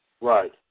Right